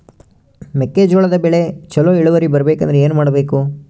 ಮೆಕ್ಕೆಜೋಳದ ಬೆಳೆ ಚೊಲೊ ಇಳುವರಿ ಬರಬೇಕಂದ್ರೆ ಏನು ಮಾಡಬೇಕು?